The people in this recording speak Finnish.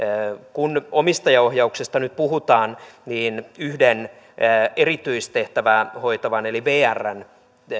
kun omistajaohjauksesta nyt puhutaan niin yhden erityistehtävää hoitavan eli vrn